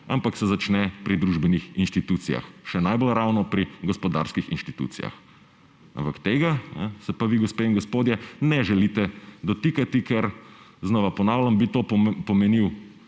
ampak se začne pri družbenih institucijah. Še najbolj ravno pri gospodarskih institucijah. Ampak tega se pa vi, gospe in gospodje, ne želite dotikati, znova ponavljam, ker bi to pomenil